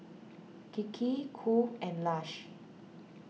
Kiki Qoo and Lush